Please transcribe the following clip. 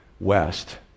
West